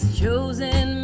chosen